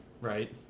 right